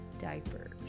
diapers